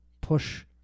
push